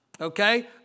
Okay